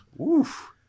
oof